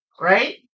Right